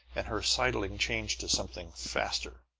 and her sidling changed to something faster.